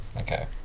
Okay